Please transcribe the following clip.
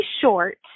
short